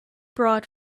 brought